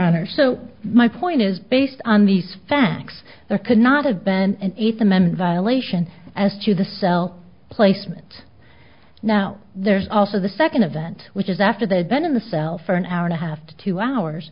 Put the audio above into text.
honor so my point is based on these facts there could not have been an eighth amendment violation as to the cell placement now there's also the second event which is after the advent of the cell for an hour and a half to two hours